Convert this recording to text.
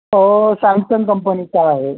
तो सॅमसंग कंपनीचा आहे